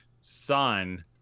son